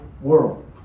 world